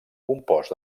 compost